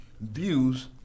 views